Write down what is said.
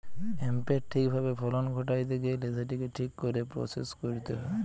হেম্পের ঠিক ভাবে ফলন ঘটাইতে গেইলে সেটিকে ঠিক করে প্রসেস কইরতে হবে